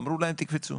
אמרו להם תקפצו,